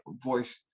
voice